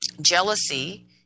Jealousy